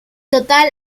total